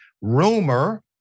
rumor